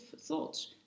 thoughts